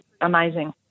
amazing